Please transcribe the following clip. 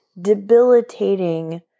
debilitating